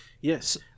yes